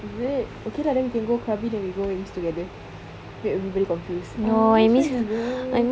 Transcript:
is it okay lah then we can go krabi then we go wear this together wait everybody confused ah which one is the real